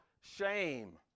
shame